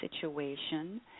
situation